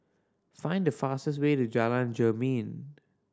find the fastest way to Jalan Jermin